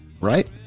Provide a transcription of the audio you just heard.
right